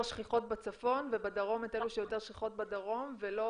שכיחות בצפון ובדרום את אלה שיותר שכיחות בדרום ולא